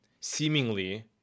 seemingly